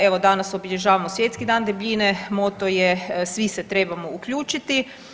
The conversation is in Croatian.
Evo danas obilježavamo Svjetski dan debljine, moto je „Svi se trebamo uključiti“